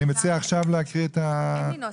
אני מציע עכשיו להקריא את ה אין לי נוסח,